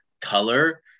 color